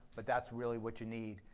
but that's really what you need,